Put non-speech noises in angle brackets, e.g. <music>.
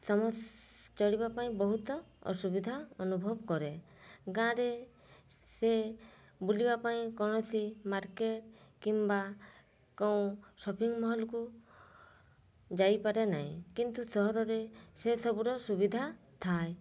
<unintelligible> ଚଳିବା ପାଇଁ ବହୁତ ଅସୁବିଧା ଅନୁଭବ କରେ ଗାଁରେ ସେ ବୁଲିବା ପାଇଁ କୌଣସି ମାର୍କେଟ୍ କିମ୍ବା କେଉଁ ସପିଂ ମଲ୍କୁ ଯାଇପାରେ ନାହିଁ କିନ୍ତୁ ସହରରେ ସେସବୁର ସୁବିଧା ଥାଏ